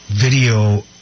video